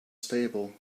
stable